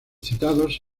citados